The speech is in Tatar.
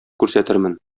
күрсәтермен